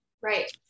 Right